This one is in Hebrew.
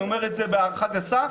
אני אומר את זה בהערכה גסה,